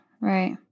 right